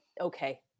okay